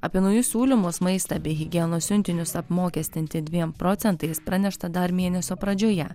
apie naujus siūlymus maistą bei higienos siuntinius apmokestinti dviem procentais pranešta dar mėnesio pradžioje